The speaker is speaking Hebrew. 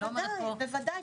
ודאי.